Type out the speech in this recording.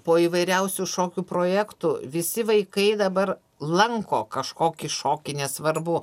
po įvairiausių šokių projektų visi vaikai dabar lanko kažkokį šokį nesvarbu